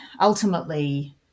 ultimately